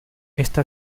ésta